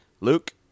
Luke